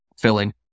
filling